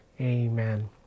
Amen